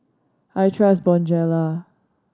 I trust Bonjela